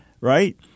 right